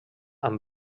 amb